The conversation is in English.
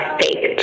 fake